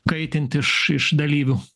kaitint iš iš dalyvių